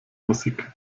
musik